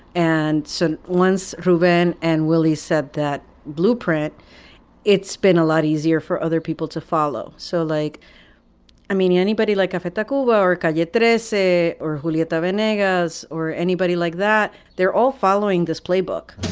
and so once ruben and willie said that blueprint it's been a lot easier for other people to follow. so like i mean anybody like i've had to go work i get that essay or hooli at the venegas or anybody like that. they're all following this playbook.